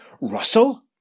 Russell